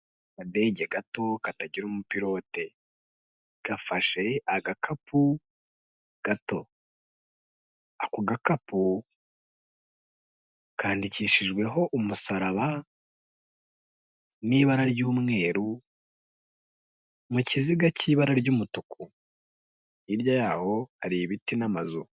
Akadege gato katagira umupirote, gafashe agakapu gato, ako gakapu kandidikishijweho umusaraba n'ibara ry'umweru mu kiziga cy'ibara ry'umutuku, hirya yaho hari ibiti n'amazu.